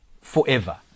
forever